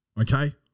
okay